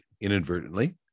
inadvertently